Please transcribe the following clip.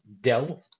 Dell